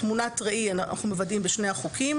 אנחנו מוודאים תמונת ראי בשני החוקים